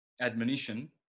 admonition